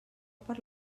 per